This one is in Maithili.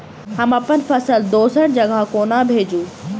हम अप्पन फसल दोसर जगह कोना भेजू?